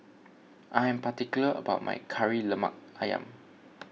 I am particular about my Kari Lemak Ayam